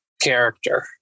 character